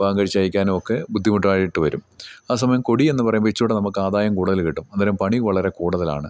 വിവാഹം കഴിച്ച് അയക്കാനും ഒക്കെ ബുദ്ധിമുട്ടായിട്ടുവരും ആ സമയം കൊടി എന്നു പറയുമ്പോൾ ഇച്ചിരികൂടി നമുക്ക് ആദായം കൂടുതൽ കിട്ടും അന്നേരം പണി വളരെ കൂടുതലാണ്